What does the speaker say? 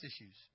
issues